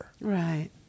Right